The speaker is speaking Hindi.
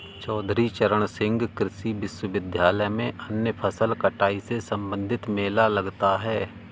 चौधरी चरण सिंह कृषि विश्वविद्यालय में अन्य फसल कटाई से संबंधित मेला लगता है